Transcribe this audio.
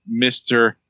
Mr